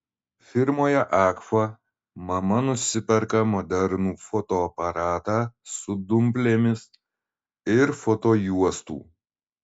firmoje agfa mama nusiperka modernų fotoaparatą su dumplėmis ir fotojuostų